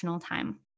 time